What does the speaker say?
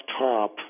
top